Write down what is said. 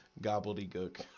gobbledygook